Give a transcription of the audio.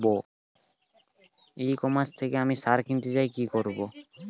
ই commerce থেকে আমি সার কিনতে চাই কি করব?